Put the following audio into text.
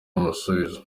umusubizo